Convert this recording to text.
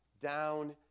down